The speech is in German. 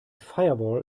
firewall